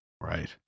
right